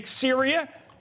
Syria